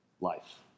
life